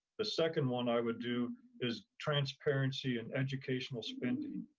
the second one i would do is transparency and educational spending.